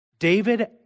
David